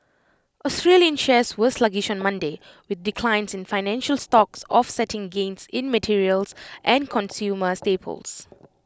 Australian shares were sluggish on Monday with declines in financial stocks offsetting gains in materials and consumer staples